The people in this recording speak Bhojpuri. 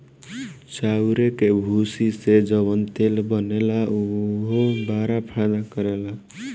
चाउरे के भूसी से जवन तेल बनेला उहो बड़ा फायदा करेला